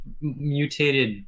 mutated